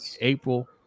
April